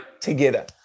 together